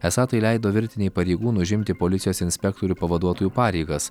esą tai leido virtinei pareigūnų užimti policijos inspektorių pavaduotojų pareigas